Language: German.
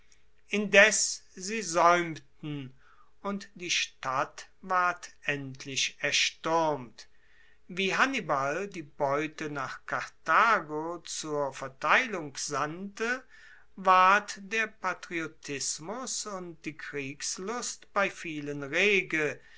indes sie saeumten und die stadt ward endlich erstuermt wie hannibal die beute nach karthago zur verteilung sandte ward der patriotismus und die kriegslust bei vielen rege